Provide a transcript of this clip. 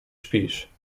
śpisz